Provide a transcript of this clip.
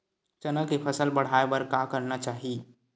चना के फसल बढ़ाय बर का करना चाही?